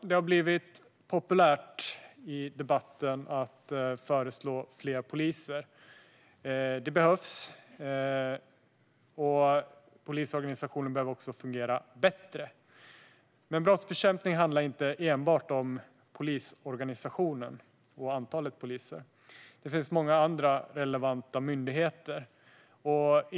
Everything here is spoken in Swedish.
Det har blivit populärt i debatten att föreslå fler poliser. Det behövs, och polisorganisationen behöver fungera bättre. Men brottsbekämpning handlar inte enbart om polisorganisationen och antalet poliser. Det finns många andra relevanta myndigheter.